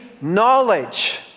knowledge